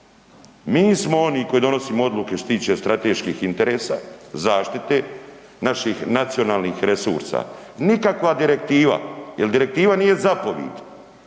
mi smo oni koji donosimo odluke što se tiče strateških interesa, zaštite naših nacionalnih resursa, nikakva direktiva jel direktiva nije zapovid,